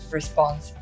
response